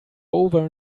over